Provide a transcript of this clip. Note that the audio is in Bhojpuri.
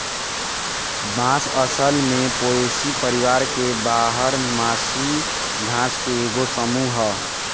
बांस असल में पोएसी परिवार के बारह मासी घास के एगो समूह ह